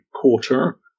quarter